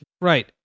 Right